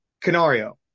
canario